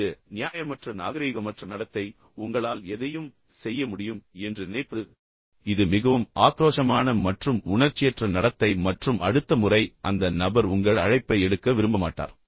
இது நியாயமற்ற நாகரீகமற்ற நடத்தை உங்களால் எதையும் செய்ய முடியும் என்று நினைப்பது இது மிகவும் ஆக்ரோஷமான மற்றும் உணர்ச்சியற்ற நடத்தை மற்றும் அடுத்த முறை அந்த நபர் உங்கள் அழைப்பை எடுக்க விரும்ப மாட்டார்